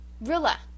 Rilla